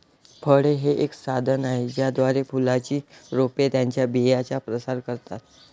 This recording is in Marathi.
फळे हे एक साधन आहे ज्याद्वारे फुलांची रोपे त्यांच्या बियांचा प्रसार करतात